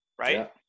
right